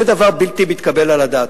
זה דבר בלתי מתקבל על הדעת.